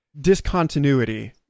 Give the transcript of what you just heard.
discontinuity